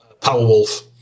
Powerwolf